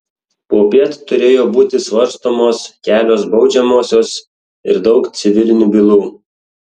popiet turėjo būti svarstomos kelios baudžiamosios ir daug civilinių bylų